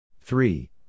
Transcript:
three